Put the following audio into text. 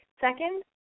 Second